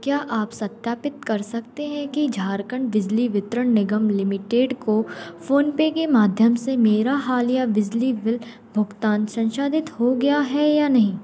क्या आप सत्यापित कर सकते हैं कि झारखंड बिजली वितरण निगम लिमिटेड को फोनपे के माध्यम से मेरा हालिया बिजली बिल भुगतान संसाधित हो गया है या नहीं